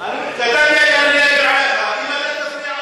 אבל אני רוצה להגיד לה,